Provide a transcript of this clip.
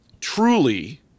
truly